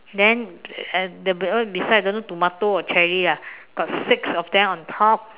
then and don't know beside don't know tomato or cherry lah got six of them on top